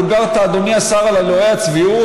דיברת, אדוני השר, על אלוהי הצביעות.